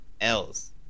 else